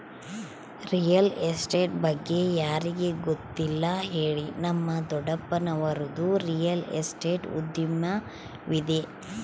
real estate ಬಗ್ಗೆ ಯಾರಿಗೆ ಗೊತ್ತಿಲ್ಲ ಹೇಳಿ, ನಮ್ಮ ದೊಡ್ಡಪ್ಪನವರದ್ದು ರಿಯಲ್ ಎಸ್ಟೇಟ್ ಉದ್ಯಮವಿದೆ